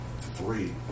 three